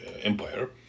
Empire